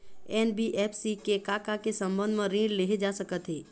NBFC से का का के संबंध म ऋण लेहे जा सकत हे?